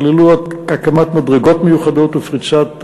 כללו הקמת מדרגות מיוחדות ופריצת דרכים.